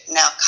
now